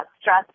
stress